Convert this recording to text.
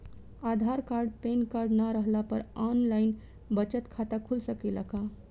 आधार card PAN card न रहला पर आन लाइन बचत खाता खुल सकेला का?